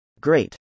Great